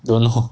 don't know